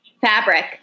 Fabric